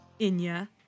Inya